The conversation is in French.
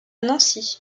nancy